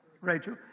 Rachel